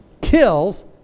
kills